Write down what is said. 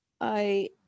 I